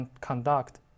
conduct